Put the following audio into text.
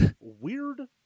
Weird